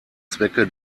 zwecke